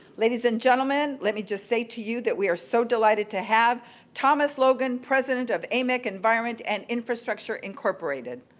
ladies and gentlemen, let me just say to you that we are so delighted to have thomas logan, president of amec environment and infrastructure incorporated.